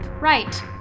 right